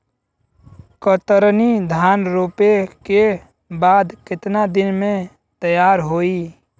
कतरनी धान रोपे के बाद कितना दिन में तैयार होई?